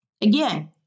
Again